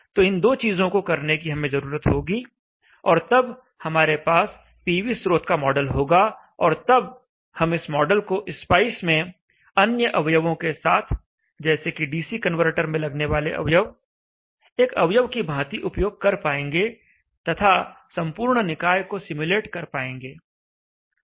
तो इन दो चीजों को करने की हमें जरूरत होगी और तब हमारे पास पीवी स्रोत का मॉडल होगा और तब हम इस मॉडल को स्पाइस में अन्य अवयवों के साथ जैसे कि डीसी कनवर्टर में लगने वाले अवयव एक अवयव की भांति उपयोग कर पाएंगे तथा संपूर्ण निकाय को सिम्युलेट कर पाएंगे